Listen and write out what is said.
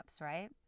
right